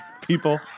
people